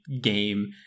game